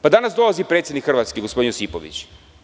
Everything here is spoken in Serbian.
Danas dolazi predsednik Hrvatske, gospodin Josipović.